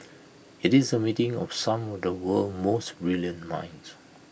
IT is A meeting of some of the world's most brilliant minds